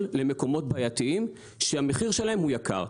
למקומות בעייתיים שהמחיר שלהם הוא יקר.